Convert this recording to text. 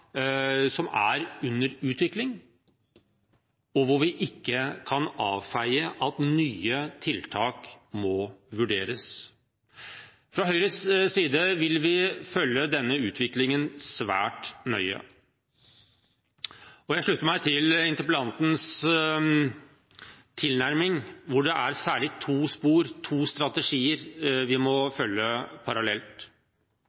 som er under utvikling, og hvor vi ikke kan avfeie at nye tiltak må vurderes. Fra Høyres side vil vi følge denne utviklingen svært nøye. Jeg slutter meg til interpellantens tilnærming, hvor det særlig er to spor, to strategier, vi må